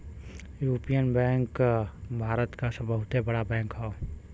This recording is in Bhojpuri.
यूनिअन बैंक भारत क बहुते बड़ा बैंक हौ